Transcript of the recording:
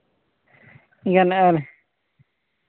ᱟᱨ